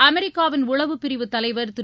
அமெரிக்காவின் உளவுப்பிரவு தலைவர் திரு